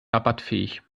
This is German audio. rabattfähig